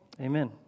amen